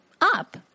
up